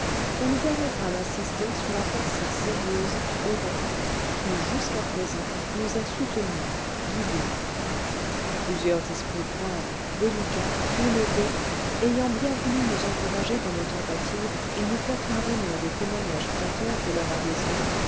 qu'on nous permettra d'insister sur la pensée sérieuse honnête qui jusqu'à présent nous a soutenu guidé plusieurs esprits graves délicats élevés ayant bien voulu nous encourager dans nos tentatives et nous faire parvenir des témoignages flatteurs de leur adhésion